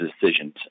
decisions